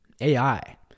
AI